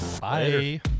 Bye